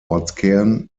ortskern